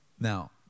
Now